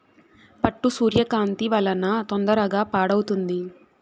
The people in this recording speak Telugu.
పట్టు సూర్యకాంతి వలన తొందరగా పాడవుతుంది